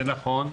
זה נכון,